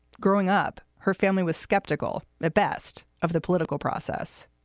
growing up, her family was skeptical at best of the political process.